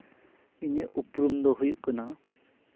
ᱤᱧᱟᱹᱜ ᱩᱯᱨᱩᱢ ᱫᱚ ᱦᱩᱭᱩᱜ ᱠᱟᱱᱟ